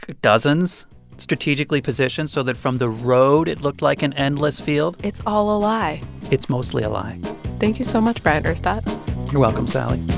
dozens strategically positioned so that from the road it looked like an endless field it's all a lie it's mostly a lie thank you so much, bryant urstadt you're welcome, sally